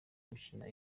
gukina